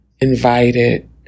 invited